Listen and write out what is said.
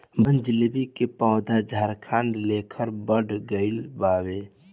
बनजीलेबी के पौधा झाखार लेखन बढ़ गइल बावे